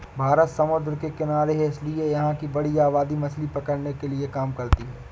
भारत समुद्र के किनारे है इसीलिए यहां की बड़ी आबादी मछली पकड़ने के काम करती है